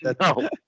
no